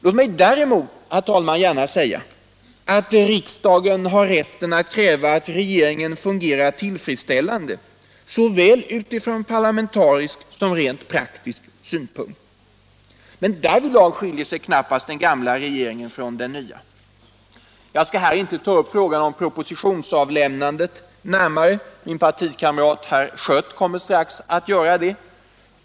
Låt mig däremot gärna säga att riksdagen har rätten att kräva att regeringen fungerar tillfredsställande utifrån såväl parlamentarisk som rent praktisk synpunkt. Men därvidlag skiljer sig knappast den gamla regeringen från den nya. Jag skall här inte ta upp frågan om propositionsavlämnandet närmare. Min partikamrat herr Schött kommer strax att göra det.